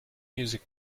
music